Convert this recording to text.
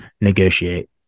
negotiate